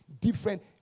Different